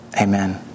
Amen